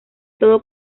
todo